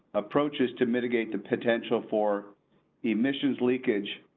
approaches to mitigate the potential for emissions leakage.